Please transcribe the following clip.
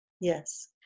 Yes